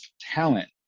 talent